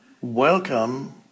welcome